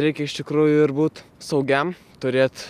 reikia iš tikrųjų ir būt saugiam turėt